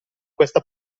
questa